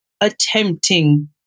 attempting